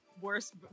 worst